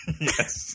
Yes